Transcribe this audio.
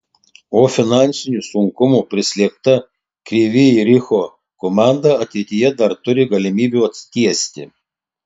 o finansinių sunkumų prislėgta kryvyj riho komanda ateityje dar turi galimybių atsitiesti